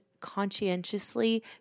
conscientiously